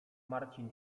marcin